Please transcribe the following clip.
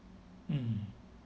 mm